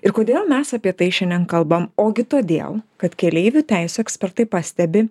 ir kodėl mes apie tai šiandien kalbam ogi todėl kad keleivių teisių ekspertai pastebi